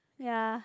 ya